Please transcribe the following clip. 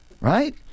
right